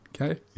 Okay